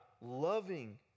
loving